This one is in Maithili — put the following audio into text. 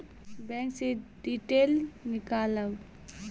बैंक से डीटेल नीकालव?